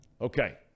Okay